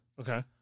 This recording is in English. Okay